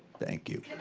thank you.